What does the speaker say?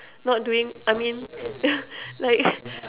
not doing I mean like